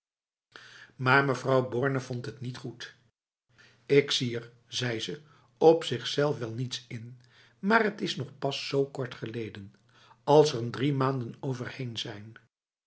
maar mevrouw borne vond het niet goed ik zie er zei ze op zichzelf wel niets in maar het is nog pas zo kort geleden als er n drie maanden overheen zijn